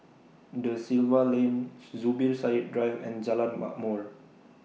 DA Silva Lane Zubir Said Drive and Jalan Ma'mor